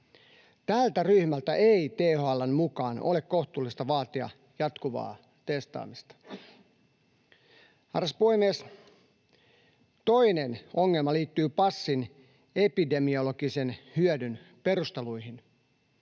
Tältä ryhmältä ei THL:n mukaan ole kohtuullista vaatia jatkuvaa testaamista. Arvoisa puhemies! Toinen ongelma liittyy passin epidemiologisen hyödyn perusteluihin.